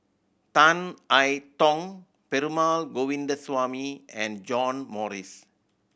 Tan I Tong Perumal Govindaswamy and John Morrice